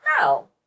No